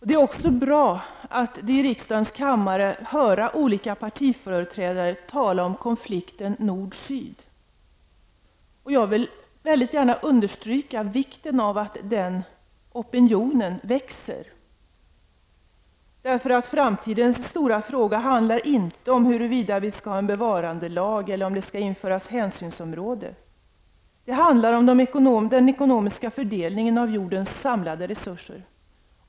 Det är bra att här i riksdagen få höra olika partiföreträdare tala om konflikten nord--syd. Jag vill väldigt gärna understryka vikten av att en sådan opinion får växa. Framtidens stora frågor handlar nämligen inte om huruvida vi skall ha bevarandelag eller om det skall införas hänsynsområden, utan de handlar om den ekonomiska fördelningen av jordens samlade resurser.